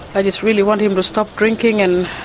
i just really want him to stop drinking and